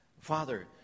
Father